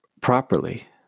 properly